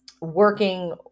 working